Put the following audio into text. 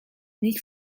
nic